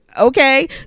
Okay